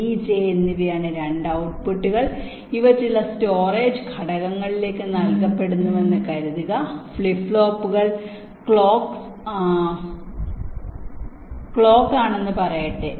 D J എന്നിവയാണ് 2 ഔട്ട്പുട്ടുകൾ ഇവ ചില സ്റ്റോറേജ് ഘടകങ്ങളിലേക്ക് നൽകപ്പെടുന്നുവെന്ന് കരുതുക ഫ്ലിപ്പ് ഫ്ലോപ്പുകൾ ക്ലോക്ക് ആണെന്ന് പറയട്ടെ